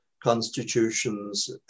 constitutions